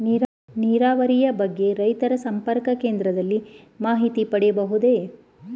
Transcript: ನೀರಾವರಿಯ ಬಗ್ಗೆ ರೈತ ಸಂಪರ್ಕ ಕೇಂದ್ರದಲ್ಲಿ ಮಾಹಿತಿ ಪಡೆಯಬಹುದೇ?